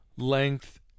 length